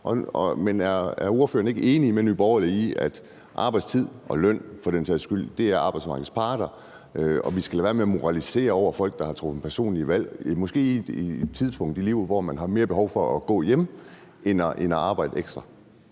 Men er ordføreren ikke enig med Nye Borgerlige i, at arbejdstid og løn for den sags skyld ligger hos arbejdsmarkedets parter, og at vi skal lade være med at moralisere over for folk, der har truffet nogle personlige valg, måske på et tidspunkt i livet, hvor man har mere behov for at gå hjemme end at arbejde ekstra?